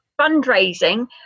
Fundraising